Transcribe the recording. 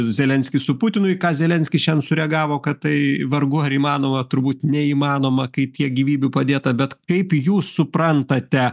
zelenskį su putinui į ką zelenskis šian sureagavo kad tai vargu ar įmanoma turbūt neįmanoma kai tiek gyvybių padėta bet kaip jūs suprantate